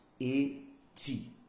A-T